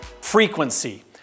Frequency